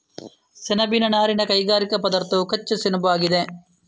ಸೆಣಬಿನ ನಾರಿನ ಕೈಗಾರಿಕಾ ಪದಾರ್ಥವು ಕಚ್ಚಾ ಸೆಣಬುಆಗಿದೆ